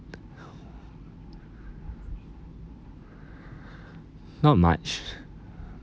not much